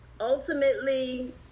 ultimately